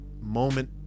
moment